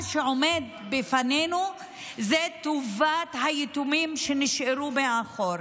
מה שעומד בפנינו זה טובת היתומים שנשארו מאחור.